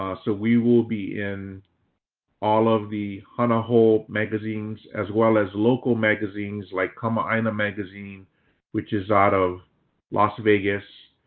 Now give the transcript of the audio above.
ah we will be in all of the hana hou! magazines as well as local magazines like kama'aina magazine which is out of las vegas.